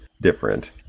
different